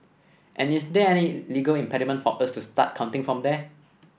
and is there any legal impediment for us to start counting from there